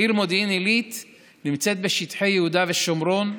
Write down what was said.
העיר מודיעין עילית נמצאת בשטחי יהודה ושומרון.